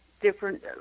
different